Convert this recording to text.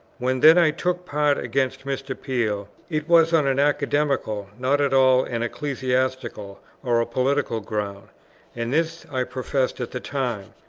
when then i took part against mr. peel, it was on an academical, not at all an ecclesiastical or a political ground and this i professed at the time.